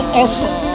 awesome